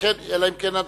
זה בסדר.